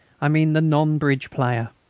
i mean the non-bridge player.